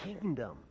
kingdom